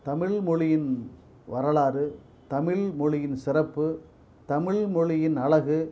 தமிழ்மொழியின் வரலாறு தமிழ்மொழியின் சிறப்பு தமிழ்மொழியின் அழகு